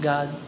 God